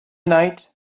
night